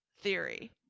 theory